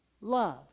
love